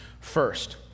first